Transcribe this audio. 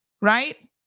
right